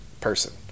person